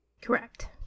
Correct